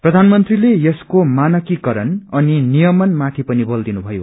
प्रधानमंत्रीले यसको मानकीयकरण अनि नियमन माथि पनि बल दिनुथयो